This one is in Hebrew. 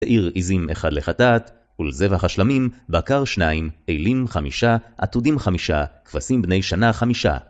תעיר עיזים אחד לחטאת, ולזווח השלמים, בקר שניים, איילים חמישה, עתודים חמישה, כבשים בני שנה חמישה.